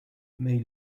may